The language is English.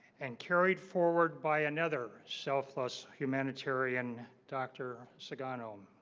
and carried forward by another selfless humanitarian dr. sugano